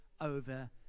over